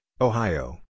Ohio